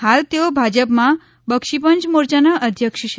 હાલ તેઓ ભાજપમાં બક્ષી પંચ મોરચાના અધ્યક્ષ છે